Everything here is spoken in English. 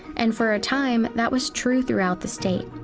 and for a time, that was true throughout the state.